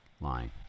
line